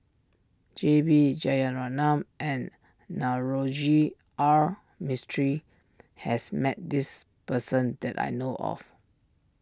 J B Jeyaretnam and Navroji R Mistri has met this person that I know of